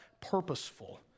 purposeful